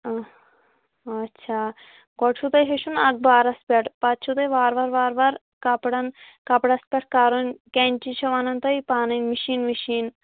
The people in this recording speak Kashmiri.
اَچھا گۄڈٕ چھُ تۄہہِ اَتھ بارَس پٮ۪ٹھ پَتہٕ چھُ تۄہہِ وار وار وار وار کَپڑَن کَپرس پٮ۪ٹھ کَرٕنۍ کٮ۪نچی تۄہہِ پانَے مِشیٖن وِشیٖن